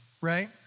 Right